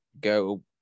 go